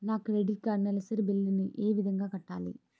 నా credit card నెలసరి bill ని ఏ విధంగా కట్టాలి?